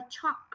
chalk